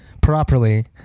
properly